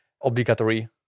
obligatory